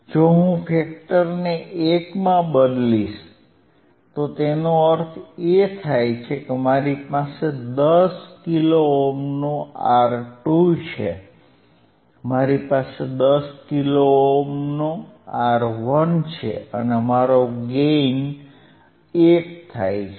જો હું ફેકટર ને 1 માં બદલીશ તો તેનો અર્થ એ કે મારી પાસે 10 કિલો ઓહ્મનો R2 છે મારી પાસે 10 કિલો ઓહ્મનો R1 છે અને મારો ગેઇન 1 થશે